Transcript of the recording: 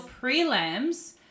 prelims